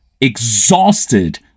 exhausted